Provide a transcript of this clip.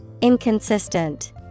Inconsistent